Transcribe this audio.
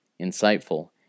insightful